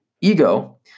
Ego